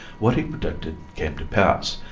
what he predicted came to pass,